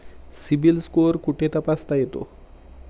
CIBIL score कुठे तपासता येतो?